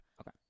Okay